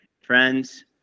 friends